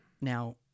Now